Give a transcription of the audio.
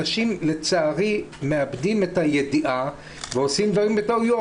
אנשים לצערי מאבדים את הידיעה ועושים טעויות.